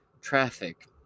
traffic